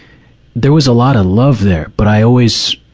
there was a lot of love there. but i always,